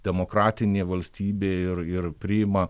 demokratinė valstybė ir ir priima